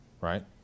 right